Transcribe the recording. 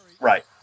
Right